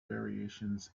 variations